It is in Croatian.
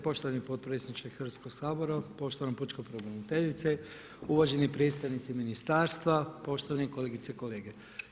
Poštovani potpredsjedniče Hrvatskoga sabora, poštovana pučka pravobraniteljice, uvaženi predstavnici ministarstava, poštovane kolegice i kolege!